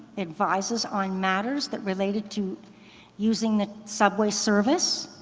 advises on matters that related to using the subway service.